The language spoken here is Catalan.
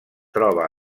troba